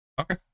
Okay